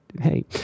Hey